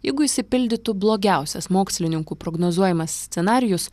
jeigu išsipildytų blogiausias mokslininkų prognozuojamas scenarijus